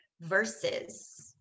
versus